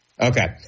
Okay